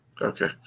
Okay